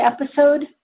episode